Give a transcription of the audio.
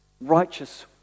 righteous